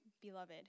beloved